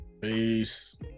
peace